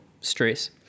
stress